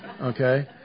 okay